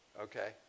Okay